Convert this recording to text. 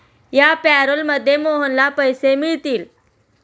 या पॅरोलमध्ये मोहनला पैसे मिळतील